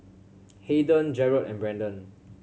Hayden Jerrod and Brendan